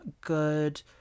good